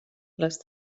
les